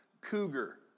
Cougar